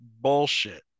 bullshit